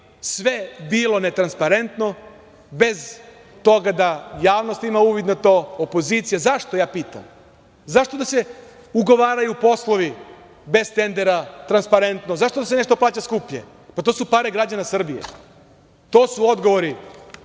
sve bilo netransparentno, bez toga da javnost ima uvid u to, opozicija. Zašto? Zašto da se ugovaraju poslovi bez tendera, transparentno? Zašto da se nešto plaća skuplje? To su pare građana Srbije. To su odgovori